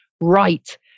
right